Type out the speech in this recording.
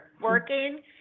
working